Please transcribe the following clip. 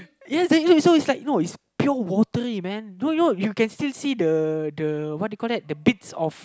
ya ya so it's like no it's pure watery man no no you can still see the the what you call that the bits of